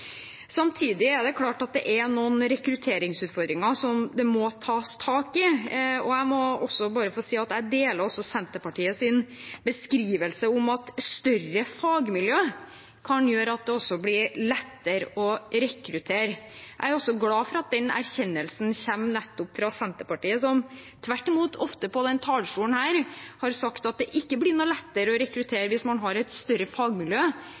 Samtidig er det klart at det er noen rekrutteringsutfordringer som det må tas tak i. Jeg må også bare få si at jeg deler Senterpartiets beskrivelse av at større fagmiljø kan gjøre at det blir lettere å rekruttere. Jeg er også glad for at den erkjennelsen kommer fra nettopp Senterpartiet, som ofte på denne talerstolen tvert imot har sagt at det ikke blir noe lettere å rekruttere hvis man har et større fagmiljø